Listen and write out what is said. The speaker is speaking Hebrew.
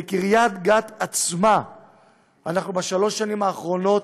בקריית גת עצמה אנחנו בשלוש השנים האחרונות